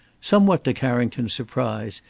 somewhat to carrington's surprise,